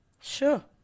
Sure